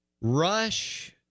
Rush